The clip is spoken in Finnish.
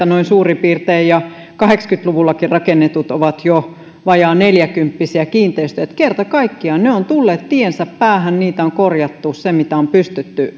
noin suurin piirtein neljäkymmentäkahdeksan vuotiaita ja kahdeksankymmentä luvullakin rakennetut ovat jo vajaa neljäkymppisiä kiinteistöjä kerta kaikkiaan ne ovat tulleet tiensä päähän niitä on korjattu se mitä on pystytty